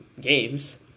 games